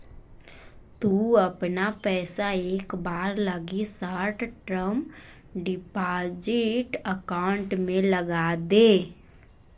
तु अपना पइसा एक बार लगी शॉर्ट टर्म डिपॉजिट अकाउंट में लगाऽ दे